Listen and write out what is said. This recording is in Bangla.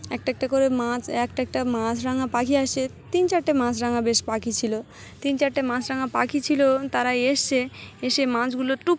একটা একটা করে মাছ একটা একটা মাছরাঙা পাখি এসে তিন চারটে মাছরাঙা বেশ পাখি ছিল তিন চারটে মাছরাঙা পাখি ছিল তারা এসেছে এসে মাছগুলো টুপ